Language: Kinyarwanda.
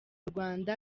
rwanda